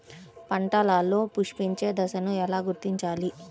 పంటలలో పుష్పించే దశను ఎలా గుర్తించాలి?